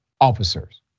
officers